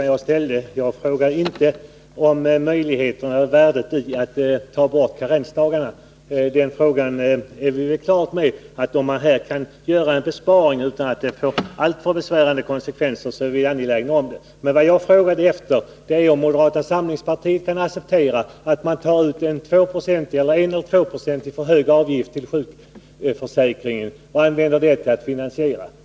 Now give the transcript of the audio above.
Herr talman! Jag fick inte svar på den fråga jag ställde. Jag frågade inte om värdet av att ta bort karensdagarna. Om man här kan göra en besparing utan att det får alltför besvärande konsekvenser är det klart att vi är angelägna om det. Men vad jag frågade efter var om moderata samlingspartiet kan acceptera att man tar ut 1 eller 2 20 för hög avgift till sjukförsäkringen och använder den till finansiering av skattereformen.